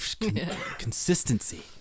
consistency